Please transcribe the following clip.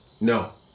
No